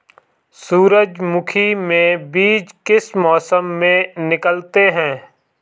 सूरजमुखी में बीज किस मौसम में निकलते हैं?